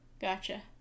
gotcha